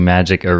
Magic